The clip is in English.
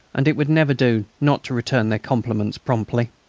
and it would never do not to return their compliments promptly.